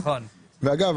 ואגב,